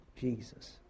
Jesus